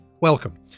Welcome